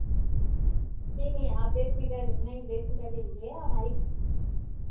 नहीं नहीं आप बेफ़िक्र नहीं बेफ़िक्र रहिए हमारी